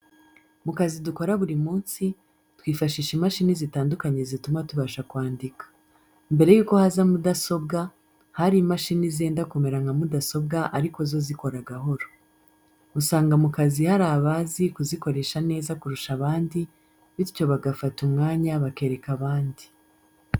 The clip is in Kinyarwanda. Mu kazi dukora buri munsi, twifashisha imashini zitandukanye zituma tubasha kwandika. Mbere yuko haza mudasobwa hari imashini zenda kumera nka mudasobwa ariko zo zikora gahoro. Usanga mu kazi hari abazi kuzikoresha neza kurusha abandi, bityo bagafata umwanya bakereka abandi.